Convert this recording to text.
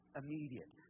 immediate